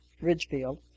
ridgefield